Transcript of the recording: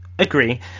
Agree